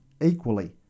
equally